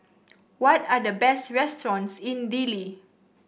what are the best restaurants in Dili